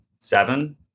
seven